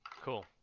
Cool